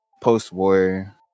post-war